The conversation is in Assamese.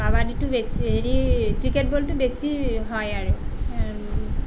কাবাডীটো বেছি হেৰি ক্ৰিকেট বলটো বেছি হয় আৰু